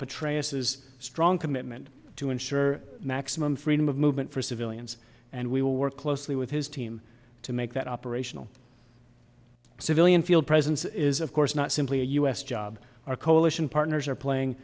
is a strong commitment to ensure maximum freedom of movement for civilians and we will work closely with his team to make that operational civilian feel presence is of course not simply a u s job our coalition partners are playing